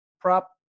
prop